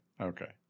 Okay